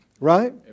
Right